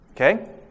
okay